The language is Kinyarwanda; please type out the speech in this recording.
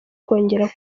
kongera